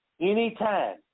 Anytime